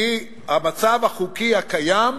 המצב החוקי הקיים,